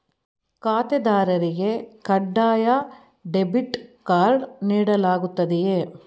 ಖಾತೆದಾರರಿಗೆ ಕಡ್ಡಾಯ debit card ನೀಡಲಾಗುತ್ತದೆಯೇ?